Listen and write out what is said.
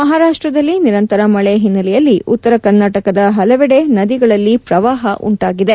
ಮಹಾರಾಷ್ಟ್ದಲ್ಲಿ ನಿರಂತರ ಮಳೆ ಹಿನ್ನೆಲೆಯಲ್ಲಿ ಉತ್ತರ ಕರ್ನಾಟಕ ಹಲವೆಡೆ ನದಿಗಳಲ್ಲಿ ಪ್ರವಾಹ ಉಂಟಾಗಿದೆ